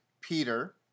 Peter